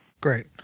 Great